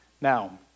Now